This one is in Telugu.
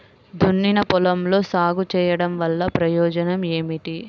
దున్నిన పొలంలో సాగు చేయడం వల్ల ప్రయోజనం ఏమిటి?